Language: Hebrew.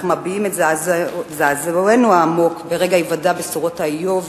אנחנו מביעים את זעזוענו העמוק ברגע היוודע בשורות איוב,